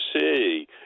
see